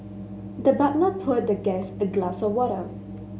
the butler poured the guest a glass of water